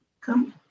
Come